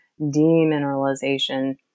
demineralization